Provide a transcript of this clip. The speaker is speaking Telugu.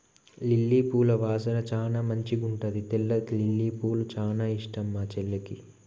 లిల్లీ పూల వాసన చానా మంచిగుంటది తెల్ల లిల్లీపూలు చానా ఇష్టం మా చెల్లికి